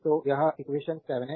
तो यह एक्वेशन 7 है